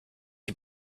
die